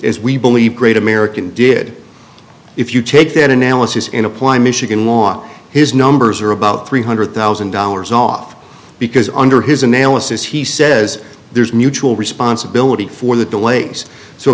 is we believe great american did if you take that analysis and apply michigan law his numbers are about three hundred thousand dollars off because under his analysis he says there's mutual responsibility for the delays so